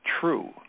true